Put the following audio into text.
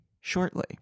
shortly